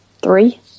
three